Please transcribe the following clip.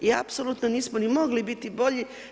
I apsolutno nismo ni mogli biti bolji.